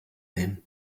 him